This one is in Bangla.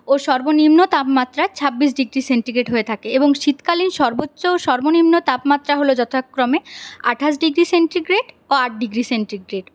ও সর্বনিম্ন তাপমাত্রা ছাব্বিশ ডিগ্রী সেন্টিগ্রেড হয়ে থাকে এবং শীতকালীন সর্বোচ্চ সর্বনিম্ন তাপমাত্রা হল যথাক্রমে আঠাশ ডিগ্রী সেন্টিগ্রেড ও আট ডিগ্রী সেন্টিগ্রেড